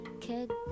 kid